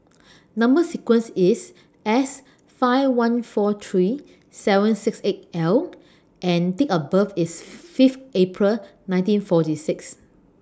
Number sequence IS S five one four three seven six eight L and Date of birth IS five April nineteen forty six